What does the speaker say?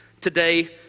Today